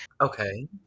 okay